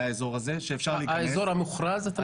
האזור הזה שאפשר להיכנס -- האזור המוכרז אתה מתכוון?